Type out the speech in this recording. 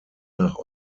nach